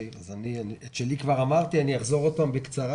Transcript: את שלי כבר אמרתי ואני אחזור בקצרה.